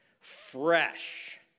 fresh